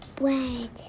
Red